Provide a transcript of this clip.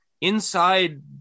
inside